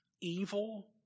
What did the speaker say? evil